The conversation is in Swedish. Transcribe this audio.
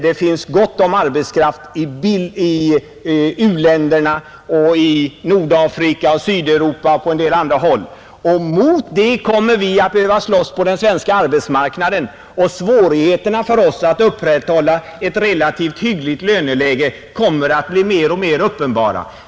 Det finns gott om sådan i u-länderna, i Nordafrika, Sydeuropa och på en del andra håll, Mot dessa multinationella företag måste vi slåss på den svenska arbetsmarknaden. Svårigheterna för oss att upprätthålla ett relativt hyggligt löneläge kommer att bli mer och mer uppenbara.